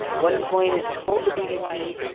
onecoin had told the bbc,